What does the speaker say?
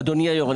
אדוני היושב-ראש,